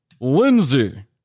Lindsay